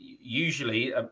usually